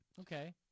Okay